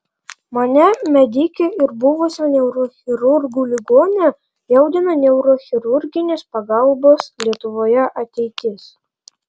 mane medikę ir buvusią neurochirurgų ligonę jaudina neurochirurginės pagalbos lietuvoje ateitis